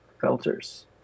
filters